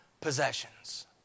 possessions